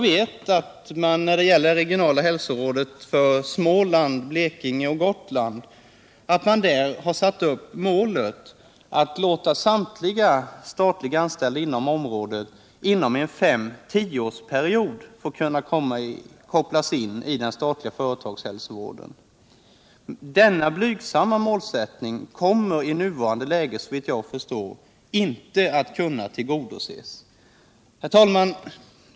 Det regionala hälsorådet för Småland, Blekinge och Gotland har satt upp målet att samtliga statligt anställda inom området skall kunna kopplas in i den statliga företagshälsovården inom en 5-10-årsperiod. Denna blygsamma målsättning kommer såvitt jag kan förstå inte att kunna uppfyllas i nuvarande läge. Herr talman!